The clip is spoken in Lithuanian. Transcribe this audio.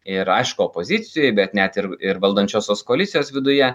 ir aišku opozicijoj bet net ir ir valdančiosios koalicijos viduje